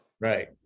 Right